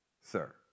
sir